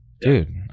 dude